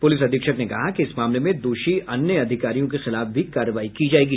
police अधीक्षक ने कहा कि इस मामले में दोषी अन्य अधिकारियों के खिलाफ भी कार्रवाई की जाएगी